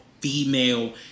female